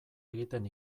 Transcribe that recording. egiten